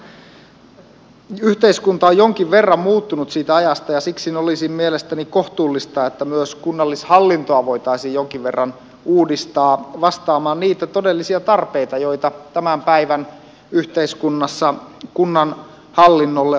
yhteiskunta on jonkin verran muuttunut siitä ajasta ja siksi olisi mielestäni kohtuullista että myös kunnallishallintoa voitaisiin jonkin verran uudistaa vastaamaan niitä todellisia tarpeita joita tämän päivän yhteiskunnassa kunnan hallinnolle on olemassa